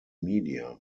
media